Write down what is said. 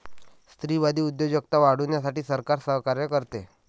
स्त्रीवादी उद्योजकता वाढवण्यासाठी सरकार सहकार्य करते